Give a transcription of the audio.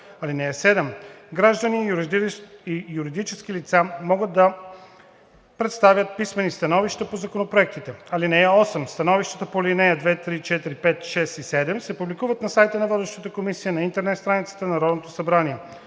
(7) Граждани и юридически лица могат да представят писмени становища по законопроектите. (8) Становищата по ал. 2, 3, 4, 5, 6 и 7 се публикуват на сайта на водещата комисия на интернет страницата на Народното събрание.